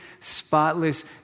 spotless